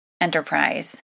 enterprise